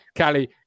Callie